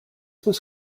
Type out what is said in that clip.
was